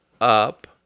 up